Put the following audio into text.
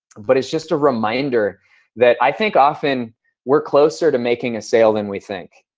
but it's just a reminder that i think often we're closer to making a sale than we think.